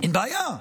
אין בעיה.